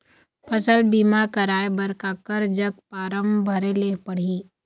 फसल बीमा कराए बर काकर जग फारम भरेले पड़ही?